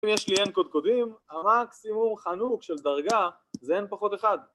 אם יש לי N קודקודים, המקסימום, חנוק, של דרגה זה N פחות אחד